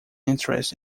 interest